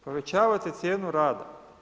Povećavate cijenu rada.